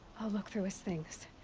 look through his things.